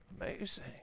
Amazing